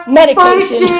medication